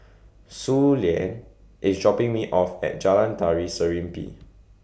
Suellen IS dropping Me off At Jalan Tari Serimpi